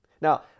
Now